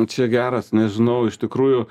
čia geras nežinau iš tikrųjų